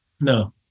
No